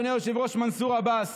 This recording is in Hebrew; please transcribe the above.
אדוני היושב-ראש מנסור עבאס.